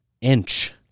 inch